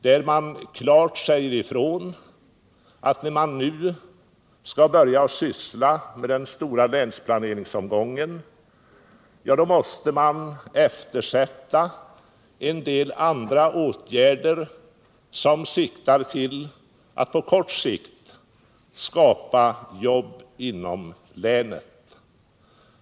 Man sade klart ifrån, att när man nu skall börja syssla med den stora länsplaneringsomgången måste man eftersätta en del andra åtgärder, som syftar till att på kort sikt skapa arbeten inom länet.